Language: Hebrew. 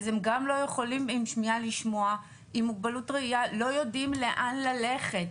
אז גם לא יכולים לשמוע; עם מוגבלות ראייה לא יודעים לאן ללכת,